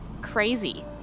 crazy